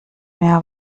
mehr